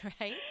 right